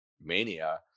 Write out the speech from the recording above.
Mania